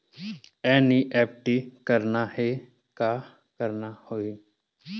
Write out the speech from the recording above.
NEFT करना हे का करना होही?